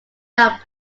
that